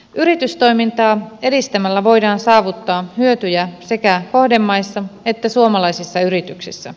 yritystoimintaa edistämällä voidaan saavuttaa hyötyjä sekä kohdemaissa että suomalaisissa yrityksissä